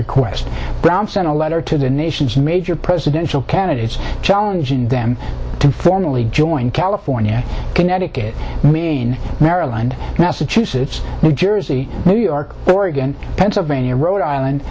request brown sent a letter to the nation's major presidential candidates challenging them to formally join california connecticut maine maryland massachusetts new jersey new york oregon pennsylvania rhode island